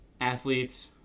athletes